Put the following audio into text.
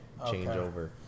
changeover